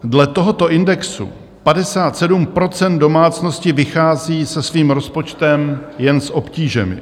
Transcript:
Dle tohoto indexu 57 % domácností vychází se svým rozpočtem jen s obtížemi.